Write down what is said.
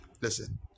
listen